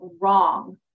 wrong